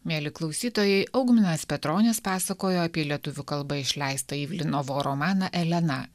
mieli klausytojai augminas petronis pasakojo apie lietuvių kalba išleistą ivlino vo romaną elena